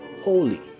holy